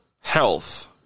health